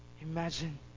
Imagine